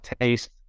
taste